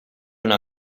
una